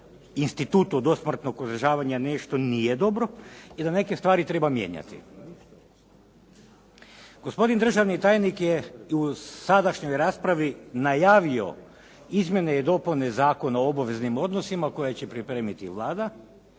institutu dosmrtnih uzdržavanja nešto nije dobro, i da neke stvari treba mijenjati. Gospodin državni tajnik je u sadašnjoj raspravi najavio izmjene i dopune Zakona o obveznim odnosima koje će pripremiti Vlada